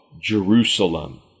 Jerusalem